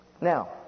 Now